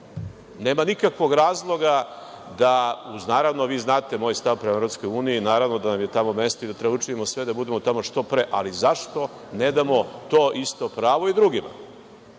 Nema nikakvog razloga da, naravno, vi znate moj stav prema EU, naravno da nam je tamo mesto i da treba da učinimo sve da budemo tamo što pre, ali zašto ne damo to isto pravo i drugima? Druga